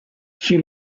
she